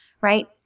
right